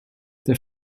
der